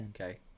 okay